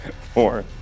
four